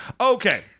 Okay